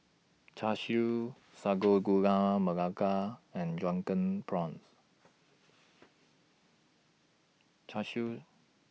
Char Siu Sago Gula Melaka and Drunken Prawns Char Siu